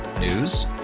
News